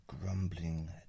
grumbling